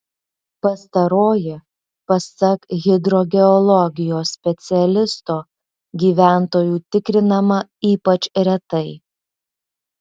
pastaroji pasak hidrogeologijos specialisto gyventojų tikrinama ypač retai